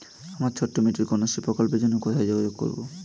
আমার ছোট্ট মেয়েটির কন্যাশ্রী প্রকল্পের জন্য কোথায় যোগাযোগ করব?